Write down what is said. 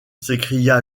s’écria